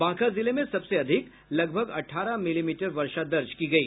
बांका जिले में सबसे अधिक लगभग अठारह मिलीमीटर वर्षा दर्ज की गयी